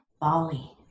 Bali